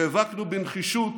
נאבקנו בנחישות